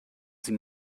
sie